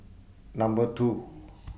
Number two